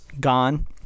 gone